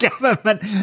government